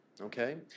Okay